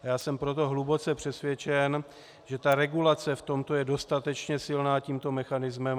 Já jsem proto hluboce přesvědčen, že regulace v tom je dostatečně silná tímto mechanismem.